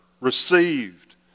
received